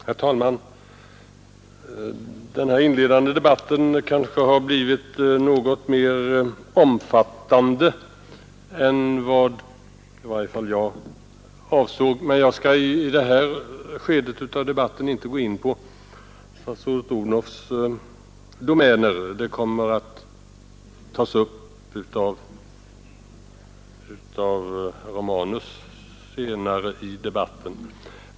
Herr talman! Den här inledande debatten kanske har blivit något mer omfattande än vad i varje fall jag avsåg, och jag skall i det här skedet av debatten inte gå in på statsrådet Odhnoffs domäner. Den saken kommer att tas upp av herr Romanus senare i debatten.